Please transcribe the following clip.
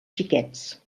xiquets